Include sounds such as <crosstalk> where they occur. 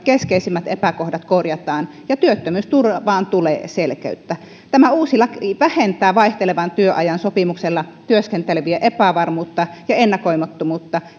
<unintelligible> keskeisimmät epäkohdat korjataan ja työttömyysturvaan tulee selkeyttä tämä uusi laki vähentää vaihtelevan työajan sopimuksella työskentelevien epävarmuutta ja ennakoimattomuutta <unintelligible>